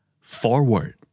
Forward